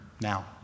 now